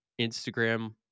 Instagram